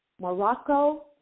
Morocco